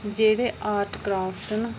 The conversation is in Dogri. जेह्ड़े आर्ट क्रॉफ्ट न